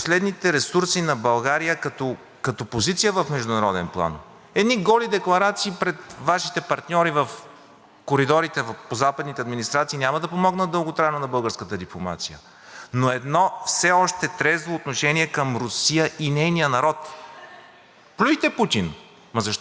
коридорите по западните администрации няма да помогнат дълготрайно на българската дипломация. Едно все още трезво отношение към Русия и нейния народ – плюйте Путин, но защо народа? А тези пушки, които ще изпратите, ние друго оръжие нямаме, просто ще убиват едни руски войници. Не се бъркайте в тази политика.